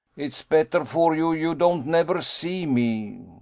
it's better for you you don't never see me!